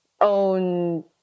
own